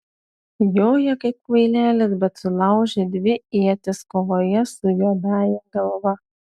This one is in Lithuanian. joja kaip kvailelis bet sulaužė dvi ietis kovoje su juodąja galva